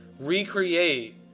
recreate